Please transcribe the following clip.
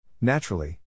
Naturally